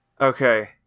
Okay